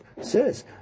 says